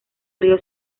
río